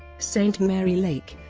saint mary lake